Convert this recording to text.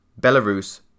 Belarus